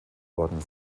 worden